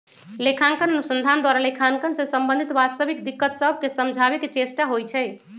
लेखांकन अनुसंधान द्वारा लेखांकन से संबंधित वास्तविक दिक्कत सभके समझाबे के चेष्टा होइ छइ